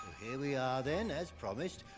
here we are then, as promised.